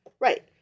right